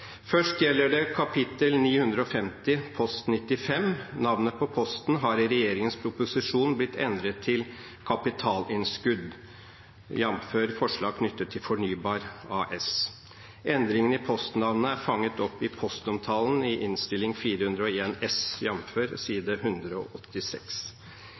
Først gjelder det Kap. 950 Post 95. Navnet på posten har i regjeringens proposisjon blitt endret til «Kapitalinnskudd», jf. forslag knyttet til Fornybar AS. Endringene i postnavnet er fanget opp i postomtalen i Innst. 401 S